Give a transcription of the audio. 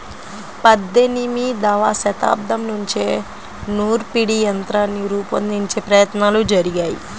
పద్దెనిమదవ శతాబ్దం నుంచే నూర్పిడి యంత్రాన్ని రూపొందించే ప్రయత్నాలు జరిగాయి